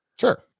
Sure